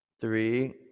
three